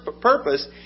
purpose